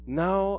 now